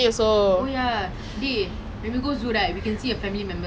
ya lah it's true it's true like thirsty ஆ இருக்கும்போதுலாம் வாங்கும்போது:aa irukkumbothu lam vaangumbothu